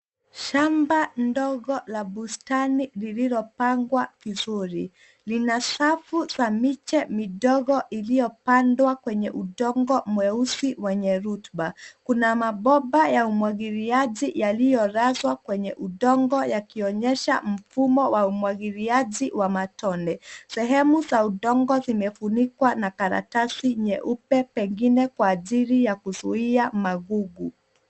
Shamba ndogo la bustani lililopangwa vizuri. Lina safu za miche midogo iliyopandwa kwenye udongo mweusi wenye rutuba. Kuna mabomba ya umwagiliaji yaliyolazwa kwenye udongo yakionyesha mfumo wa umwagiliaji wa matone. Sehemu za udongo zimefunikwa na karatasi nyeupe pengine kwa ajili ya kuzuia magugu.